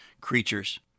creatures